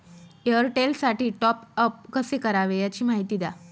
एअरटेलसाठी टॉपअप कसे करावे? याची माहिती द्या